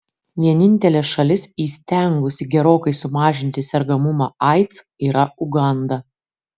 vienintelė šalis įstengusi gerokai sumažinti sergamumą aids yra uganda